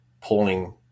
pulling